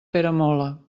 peramola